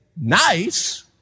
nice